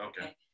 Okay